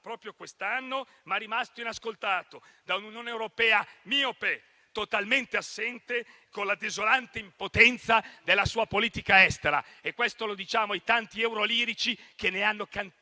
proprio quest'anno, ma rimasto inascoltato da un'Unione europea miope, totalmente assente e con la desolante impotenza della sua politica estera. Questo lo diciamo ai tanti euro -lirici che hanno decantato